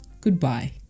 Goodbye